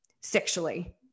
sexually